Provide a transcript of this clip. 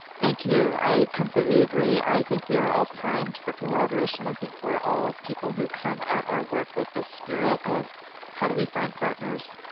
thank you i completely agree, i think we are all primed for collaboration, i think we're all people who come at our work with the spirit of how do we find partners.